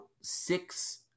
six